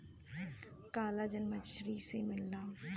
collagen मछरी से मिलला